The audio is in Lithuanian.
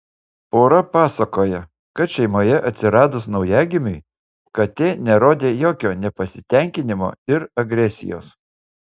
pora pasakoja kad šeimoje atsiradus naujagimiui katė nerodė jokio nepasitenkinimo ir agresijos